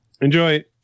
Enjoy